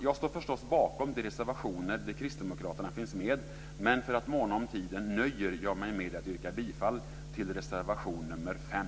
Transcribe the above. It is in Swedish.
Jag står förstås bakom de reservationer där kristdemokraterna finns med, men för att måna om tiden nöjer jag mig med att yrka bifall till reservation nr 5.